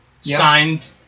signed